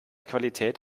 qualität